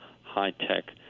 high-tech